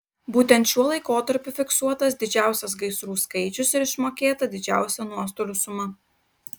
būtent šiuo laikotarpiu fiksuotas didžiausias gaisrų skaičius ir išmokėta didžiausia nuostolių suma